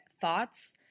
thoughts